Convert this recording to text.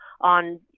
on